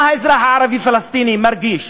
מה האזרח הפלסטיני מרגיש?